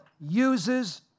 uses